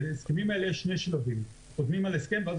לסכומים האלה יש שני שלבים: חותמים על הסכם ואז